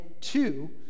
two